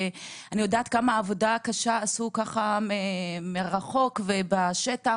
מה גם שאני יודעת עבודה קשה עשו מרחוק ובשטח,